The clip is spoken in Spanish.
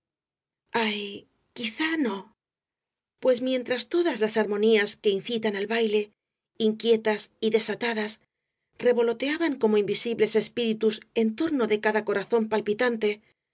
ay quizá no pues mientras todas las armonías que incitan al baile inquietas y desatadas revoloteaban como invisibles espíritus en torno de cada corazón palpitante